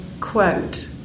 quote